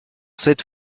cette